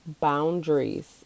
boundaries